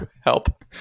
help